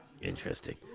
Interesting